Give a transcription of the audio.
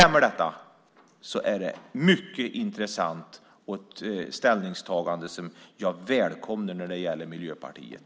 Om det stämmer är det ett mycket intressant ställningstagande som jag välkomnar från Miljöpartiet.